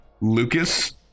Lucas